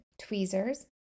tweezers